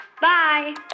Bye